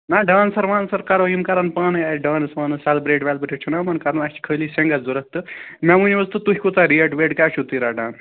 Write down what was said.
نَہ ڈانسَر وانسَر کرو یِم کَرَن پانَے اَتہِ ڈانٕس وانٕس سٮ۪لِبرٛیٹ وٮ۪لِبرٛیٹ چھُنا یِمَن کَرُن اَسہِ چھُ خٲلی سِنٛگَر ضوٚرَتھ تہٕ مےٚ ؤنِو حظ تہٕ تُہۍ کوٗتاہ ریٹ ویٹ کیٛاہ چھُو تُہۍ رَٹان